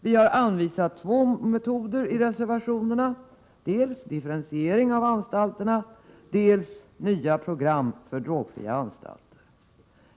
Vi har anvisat två metoder i våra reservationer: dels en differentiering av anstalterna, dels nya program för drogfria anstalter.